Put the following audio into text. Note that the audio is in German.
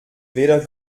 weder